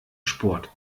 sport